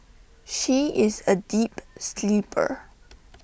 she is A deep sleeper